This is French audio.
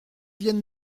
vienne